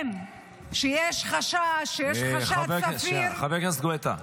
חבר הכנסת גואטה.